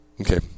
Okay